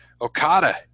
okada